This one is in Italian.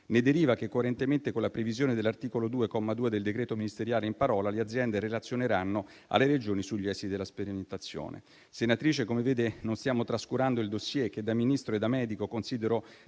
Ne deriva che, coerentemente con la previsione dell'articolo 2, comma 2, del decreto ministeriale in parola, le aziende relazioneranno alle Regioni sugli esiti della sperimentazione. Senatrice, come vede, non stiamo trascurando il *dossier*, che da Ministro e da medico considero